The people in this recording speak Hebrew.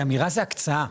שכתוב בהקצאה,